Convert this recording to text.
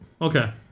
Okay